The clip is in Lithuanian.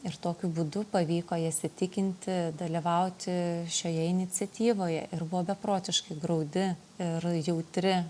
ir tokiu būdu pavyko jas įtikinti dalyvauti šioje iniciatyvoje ir buvo beprotiškai graudi ir jautri